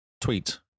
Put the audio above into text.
tweet